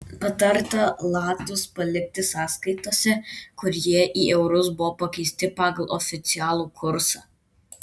patarta latus palikti sąskaitose kur jie į eurus buvo pakeisti pagal oficialų kursą